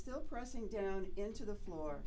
still pressing down into the floor